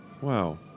Wow